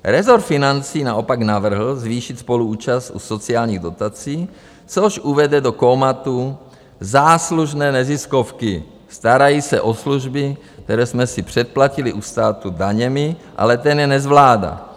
Resort financí naopak navrhl zvýšit spoluúčast u sociálních dotací, což uvede do kómatu záslužné neziskovky, starají se o služby, které jsme si předplatili u státu daněmi, ale ten je nezvládá.